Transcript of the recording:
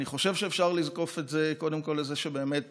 אני חושב שאפשר לזקוף את זה קודם כול לזה שבאמת